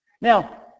now